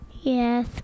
Yes